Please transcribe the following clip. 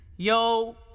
Yo